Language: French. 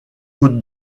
côte